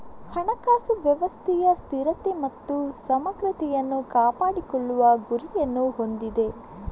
ಹಣಕಾಸು ವ್ಯವಸ್ಥೆಯ ಸ್ಥಿರತೆ ಮತ್ತು ಸಮಗ್ರತೆಯನ್ನು ಕಾಪಾಡಿಕೊಳ್ಳುವ ಗುರಿಯನ್ನು ಹೊಂದಿದೆ